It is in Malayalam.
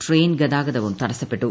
ട്രെയിൻ ഗതാഗതവും തടസ്സപ്പെട്ടു